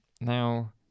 Now